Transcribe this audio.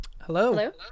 Hello